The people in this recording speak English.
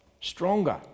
stronger